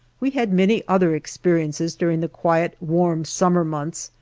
we had many other experiences during the quiet, warm, summer months,